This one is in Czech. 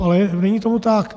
Ale není tomu tak.